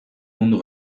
mundu